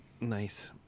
Nice